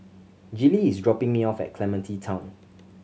Gillie is dropping me off at Clementi Town